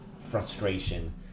frustration